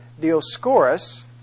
Dioscorus